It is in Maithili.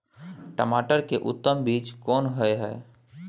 टमाटर के उत्तम बीज कोन होय है?